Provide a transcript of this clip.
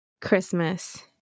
Christmas